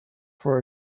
for